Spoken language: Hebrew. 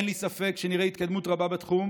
אין לי ספק שנראה התקדמות רבה בתחום